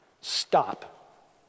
Stop